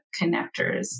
connectors